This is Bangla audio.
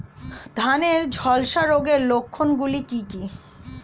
ধানের ঝলসা রোগের লক্ষণগুলি কি কি?